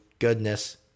Goodness